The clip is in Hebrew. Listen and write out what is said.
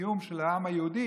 הקיום של העם היהודי,